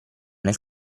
nel